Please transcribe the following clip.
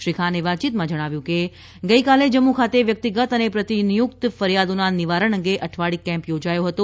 શ્રી ખાને વાતયીતમાં જણાવ્યું કે ગઇકાલે જમ્મુ ખાતે વ્યક્તિગત અને પ્રતિનિયુક્ત ફરિયાદોના નિવારણ અંગે અઠવાડીક કેમ્પ યોજાયો હતો